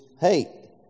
hey